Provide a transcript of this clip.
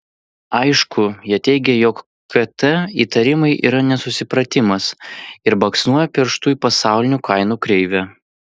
aišku jie teigia jog kt įtarimai yra nesusipratimas ir baksnoja pirštu į pasaulinių kainų kreivę